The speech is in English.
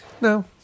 No